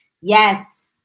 Yes